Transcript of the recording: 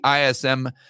ISM